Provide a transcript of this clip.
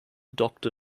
doctor